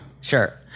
Sure